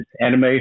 anime